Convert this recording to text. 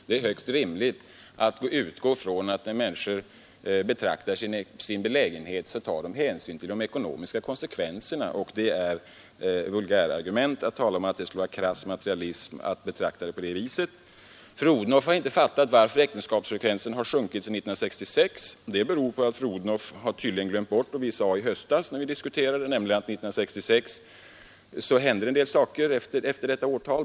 Det är högst rimligt att utgå ifrån att när människor betraktar sin belägenhet tar de hänsyn till de ekonomiska konsekvenserna, Det är vulgärargument att tala om att detta skulle vara krass materialism. Fru Odhnoff har inte fattat varför äktenskapsfrekvensen sjunkit sedan 1966. Det beror på att fru Odhnoff tydligen glömt bort vad vi sade i höstas, när vi diskuterade detta. Efter 1966 hände en del saker.